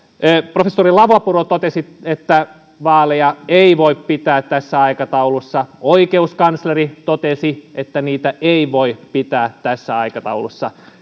professori lavapuro totesi että vaaleja ei voi pitää tässä aikataulussa oikeuskansleri totesi että niitä ei voi pitää tässä aikataulussa